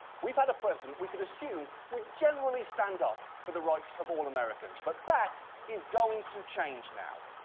we've had a president we could assume would generally stand up for the rights of all americans. but that is going to change now.